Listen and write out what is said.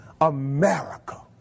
America